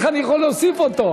איך אני יכול להוסיף אותו,